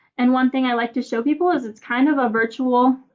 and one thing i like to show people is it's kind of a virtual